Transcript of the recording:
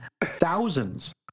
thousands